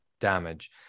damage